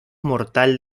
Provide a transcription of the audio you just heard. mortal